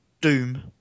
Doom